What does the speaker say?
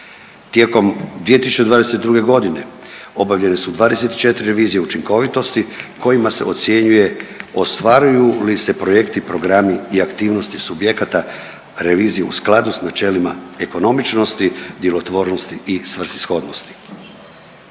Tijekom 2022.g. obavljene su 24 revizije učinkovitosti kojima se ocjenjuje ostvaruju li se projekti i programi i aktivnosti subjekata revizije u skladu s načelima ekonomičnosti, djelotvornosti i svrsishodnosti.